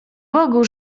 bogu